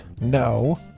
No